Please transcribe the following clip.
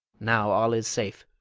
now all is safe.